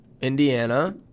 Indiana